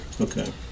Okay